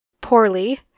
Poorly